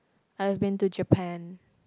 I've been to Japan